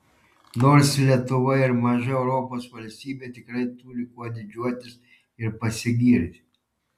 nors lietuva ir maža europos valstybė tikrai turi kuo didžiuotis ir pasigirti